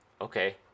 okay